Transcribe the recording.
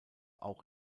auch